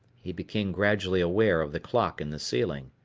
he became gradually aware of the clock in the ceiling.